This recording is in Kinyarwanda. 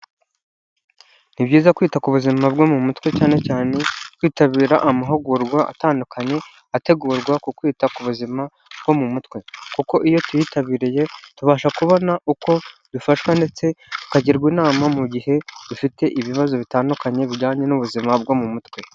Ni byiza kwita ku buzima bwo mu mutwe, cyane cyane twitabira amahugurwa atandukanye, ategurwa ku kwita ku buzima bwo mu mutwe, kuko iyo tuyitabiriye tubasha kubona uko dufashwa, ndetse tukagirwa inama mu gihe dufite ibibazo bitandukanye, bijyanye n'ubuzima bwo mu mutwe.